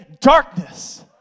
darkness